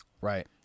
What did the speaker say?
Right